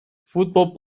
football